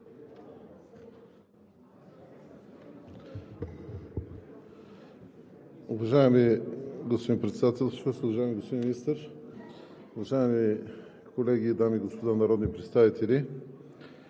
Уважаеми господин Председател, уважаеми господин Министър, уважаеми колеги, дами и господа народни представители!